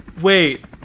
Wait